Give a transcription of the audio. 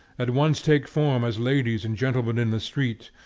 at once take form as ladies and gentlemen in the street,